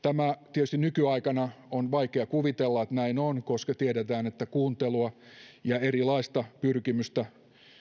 tietysti nykyaikana on vaikea kuvitella että näin on koska tiedetään että kuuntelua ja erilaista pyrkimystä